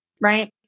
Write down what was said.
right